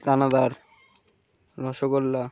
দানাদার রসগোল্লা